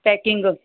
packing